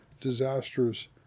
disasters